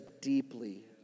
deeply